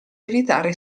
evitare